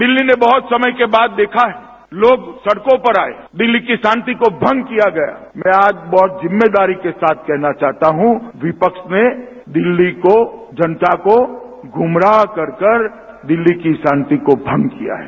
दिल्ली ने बहुत समय के बाद देखा है लोग सड़कों पर आए दिल्ली की शांति को भंग किया गया मैं आज बहुत जिम्मेदारी के साथ कहना चाहता हूं विपक्ष ने दिल्ली को जनता को गुमराह कर कर दिल्ली की शांति को भंग किया है